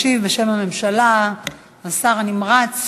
ישיב בשם הממשלה השר הנמרץ